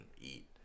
eat